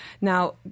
Now